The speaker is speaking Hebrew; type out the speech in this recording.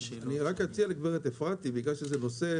גברת אפרתי, אני מציע לך,